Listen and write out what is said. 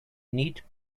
need